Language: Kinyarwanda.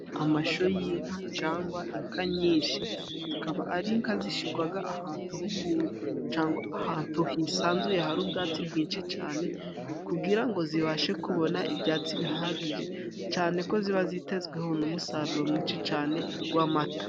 Amasho y'inka cangwa inka nyinshi, zikaba ari inka zishigwaga ahantu h'ugwuri cangwa ahantu hisanzuye hari ubwatsi bwinshi cane, kugira ngo zibashe kubona ibyatsi bihagije, cane ko ziba zitezweho n'umusaruro mwinshi cane gw'amata.